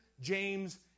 James